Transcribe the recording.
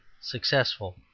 successful